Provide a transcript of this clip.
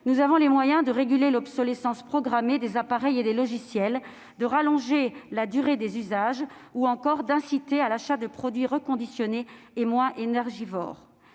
nous avons les moyens de réguler l'obsolescence programmée des appareils et des logiciels, de rallonger la durée des usages ou encore d'inciter à l'achat de produits reconditionnés et moins énergivores.